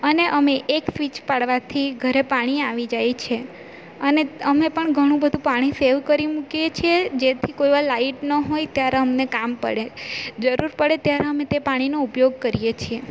અને અમે એક સ્વીચ પાડવાથી ઘરે પાણી આવી જાય છે અને અમે પણ ઘણુ બધું પાણી સેવ કરી મૂકીએ છે જેથી કોઈ વાર લાઈટ ન હોય ત્યારે અમને કામ પડે જરૂર પડે ત્યારે અમે તે પાણીનો ઉપયોગ કરીએ છીએ